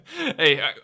Hey